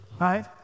right